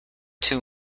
too